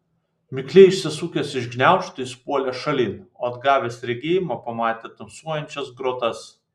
mikliai išsisukęs iš gniaužtų jis puolė šalin o atgavęs regėjimą pamatė tamsuojančias grotas